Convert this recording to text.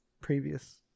Previous